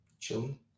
Chilling